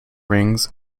rings